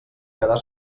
quedar